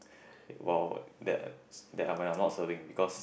while that than I'm not serving because